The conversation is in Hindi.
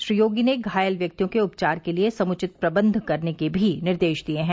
श्री योगी ने घायल व्यक्तियों के उपचार के लिए समूचित प्रबन्ध करने के भी निर्देश दिए हैं